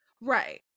Right